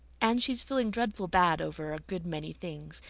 anne, she's feeling dreadful bad over a good many things.